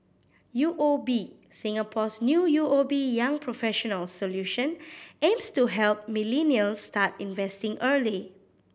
U O B Singapore's new U O B Young Professionals Solution aims to help millennials start investing early